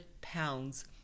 pounds